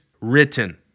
written